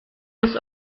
bis